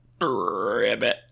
ribbit